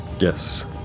Yes